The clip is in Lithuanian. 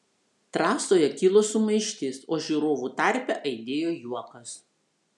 trasoje kilo sumaištis o žiūrovų tarpe aidėjo juokas